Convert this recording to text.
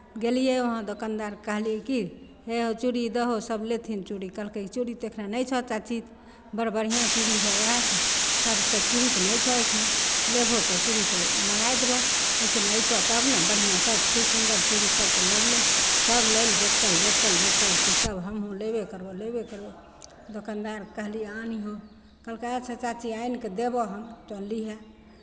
गेलियै वहाँ दोकानदारकेँ कहलियै कि जे हे हो चूड़ी दहौ सभ लेथिन चूड़ी कहलकै चूड़ी तऽ एखन नहि छौ चाची बड़ बढ़िआँ चूड़ी हौ उएहसँ सभ तऽ चूड़ी तऽ नहि छौ एखने लेबहो तऽ चूड़ी तऽ मङ्गाय देबह लेकिन अयतह तब ने बढ़िआँ सभ खूब सुन्दर चूड़ी सभके लगलै सभ लै लेल बेकल बेकल बेकल कि सभ हमहूँ लेबे करबह लेबे करबह दोकानदारके कहलियै आन्हियौ कहलकै अच्छा चाची आनि कऽ देबह हम तऽ लिहे